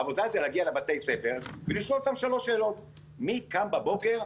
עבודה זה להגיע לבתי ספר ולשאול אותם 3 שאלות: מי קם בבוקר,